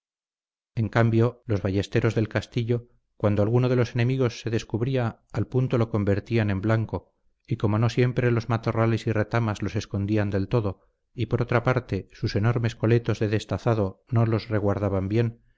en cambio los ballesteros del castillo cuando alguno de los enemigos se descubría al punto lo convertían en blanco y como no siempre los matorrales y retamas los escondían del todo y por otra parte sus enormes coletos de destazado no los reguardaban bien